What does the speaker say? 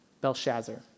Belshazzar